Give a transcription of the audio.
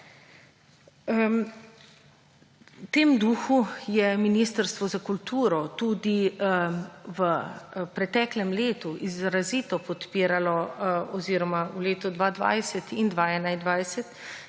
V tem duhu je Ministrstvo za kulturo tudi v preteklem letu izrazito podpiralo oziroma v letu 2020 in 2021,